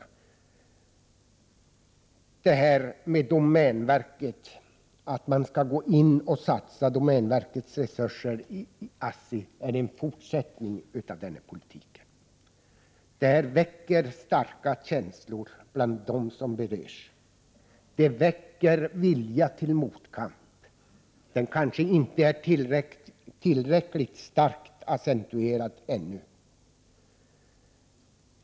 Frågan om att domänverkets resurser skall satsas i ASSI innebär en fortsättning av denna politik. Detta väcker starka känslor bland de berörda. Det väcker vilja till motkamp, men den kanske ännu inte är tillräckligt starkt accentuerad.